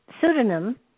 pseudonym